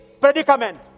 predicament